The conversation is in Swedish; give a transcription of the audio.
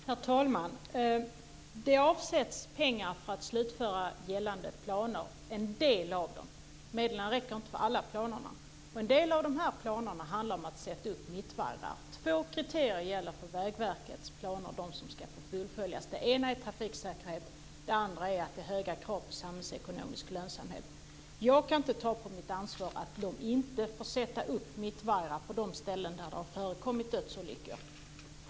Herr talman! Det avsätts pengar för att slutföra gällande planer - åtminstone en del av dem eftersom medlen inte räcker för alla planerna. En del av de här planerna handlar om att sätta upp mittvajrar. Två kriterier gäller för de av Vägverkets planer som ska få fullföljas. Det gäller då trafiksäkerheten och att det är höga krav på samhällsekonomisk lönsamhet. Jag kan inte ta på mitt ansvar att man inte får sätta upp mittvajrar på de ställen där det har förekommit dödsolyckor.